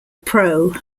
pro